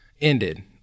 ended